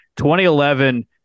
2011